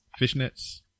Fishnets